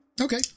Okay